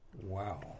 Wow